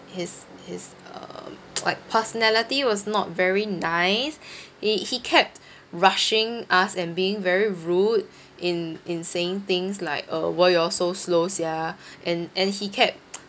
his his um like personality was not very nice he he kept rushing us and being very rude in in saying things like uh why you all so slow sia and and he kept